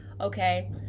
okay